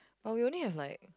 oh you only have like